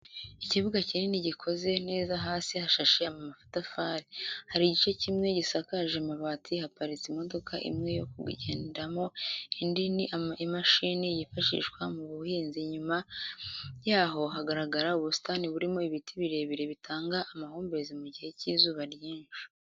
Ikibuga kinini gikoze neza hasi hashashe amatafari, hari igice kimwe gisakaje amabati haparitse imodoka imwe yo kugendamo indi ni imashini yifashishwa mu buhinzi inyuma yaho hagaragara ubusitani burimo ibiti birebire bitanga amahumbezi mu gihe cy'izuba ryinshi.